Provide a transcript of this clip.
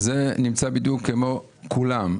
זה כמו כולם.